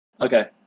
Okay